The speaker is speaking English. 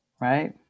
right